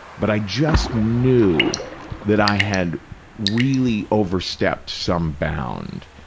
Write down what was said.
but i just knew that i had really overstepped some bound,